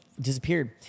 disappeared